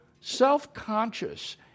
self-conscious